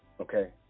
okay